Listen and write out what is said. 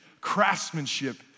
craftsmanship